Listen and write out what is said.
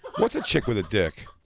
what's a chick with a dick?